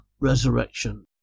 resurrection